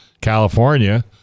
California